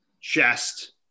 chest